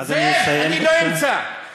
זאב, אני לא אמצא.